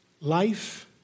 life